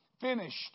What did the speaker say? finished